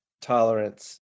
tolerance